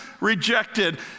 rejected